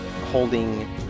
holding